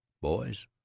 Boys